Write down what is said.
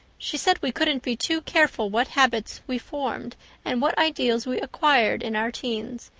she said we couldn't be too careful what habits we formed and what ideals we acquired in our teens,